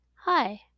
Hi